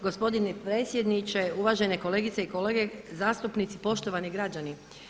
Gospodine predsjedniče, uvažene kolegice i kolege, zastupnici, poštovani građani.